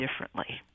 differently